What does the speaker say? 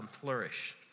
flourish